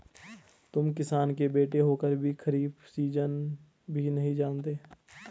तुम किसान के बेटे होकर भी खरीफ सीजन भी नहीं जानते